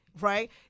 right